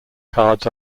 cards